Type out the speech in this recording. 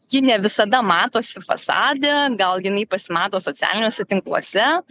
ji ne visada matosi fasade gal jinai pasimato socialiniuose tinkluose